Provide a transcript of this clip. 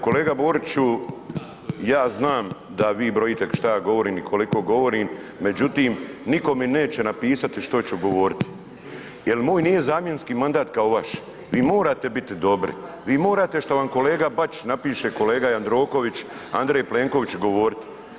Kolega Boriću, ja znam da vi brojite šta ja govorim i koliko govorim, međutim nitko mi neće napisati što ću govoriti jer moj nije zamjenski mandat kao vaš, vi morate biti dobri, vi morate šta vam kolega Bačić napiše, kolega Jandroković, Andrej Plenković govorit.